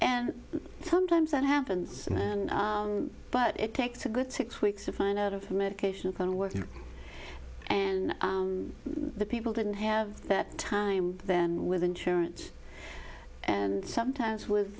and sometimes that happens but it takes a good six weeks to find out of the medication going to work and the people didn't have that time then with insurance and sometimes with